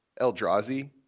Eldrazi